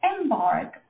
embark